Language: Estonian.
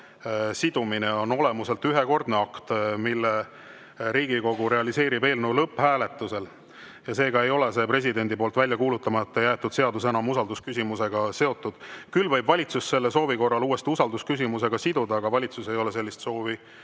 on olemuselt ühekordne akt, mille Riigikogu realiseerib eelnõu lõpphääletusel, ja seega ei ole see presidendi välja kuulutamata jäetud seadus enam usaldusküsimusega seotud. Küll võib valitsus selle soovi korral uuesti usaldusküsimusega siduda, aga valitsus ei ole sellist soovi